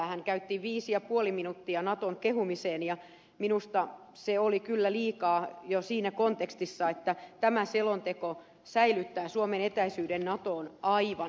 hän käytti viisi ja puoli minuuttia naton kehumiseen ja minusta se oli kyllä liikaa jo siinä kontekstissa että tämä selonteko säilyttää suomen etäisyyden natoon aivan samana